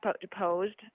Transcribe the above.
deposed